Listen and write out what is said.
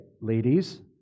ladies